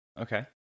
Okay